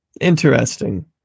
Interesting